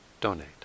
donate